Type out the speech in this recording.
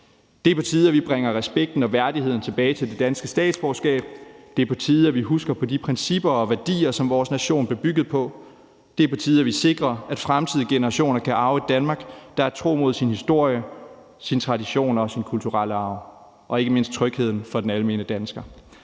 Det er på tide, at vi bringer respekten og værdigheden tilbage til det danske statsborgerskab, det er på tide, at vi husker på de principper og værdier, som vores nation blev bygget på, og det er på tide, at vi sikrer, at fremtidige generationer kan arve et Danmark, der er tro imod sin historie, sine traditioner og sin kulturelle arv, og ikke mindst trygheden for den almene dansker.